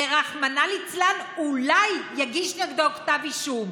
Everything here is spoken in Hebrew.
ורחמנא ליצלן אולי יגיש נגדו כתב אישום.